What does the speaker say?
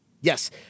Yes